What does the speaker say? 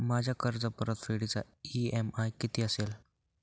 माझ्या कर्जपरतफेडीचा इ.एम.आय किती असेल?